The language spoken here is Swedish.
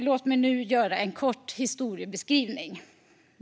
Låt mig nu ge en kort historiebeskrivning.